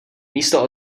místo